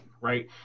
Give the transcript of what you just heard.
right